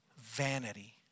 vanity